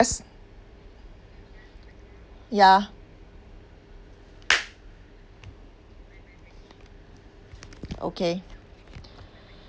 ya okay